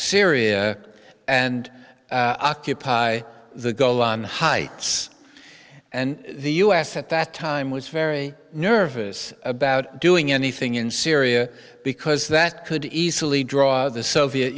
syria and occupy the golan heights and the us at that time was very nervous about doing anything in syria because that could easily draw the soviet